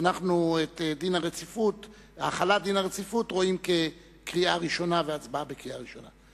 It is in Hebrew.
את החלת דין הרציפות אנחנו רואים כקריאה ראשונה והצבעה בקריאה ראשונה.